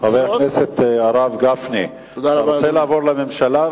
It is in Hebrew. חבר הכנסת הרב גפני, אתה רוצה לעבור לממשלה?